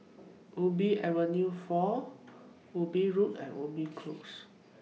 Ubi Avenue four Ubi Road and Ubi Close